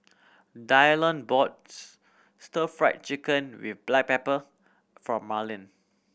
Dylon bought Stir Fried Chicken with black pepper for Marlin